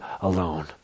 alone